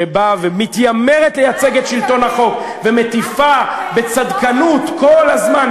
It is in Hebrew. שבאה ומתיימרת לייצג את שלטון החוק ומטיפה בצדקנות כל הזמן,